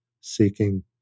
seeking